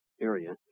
area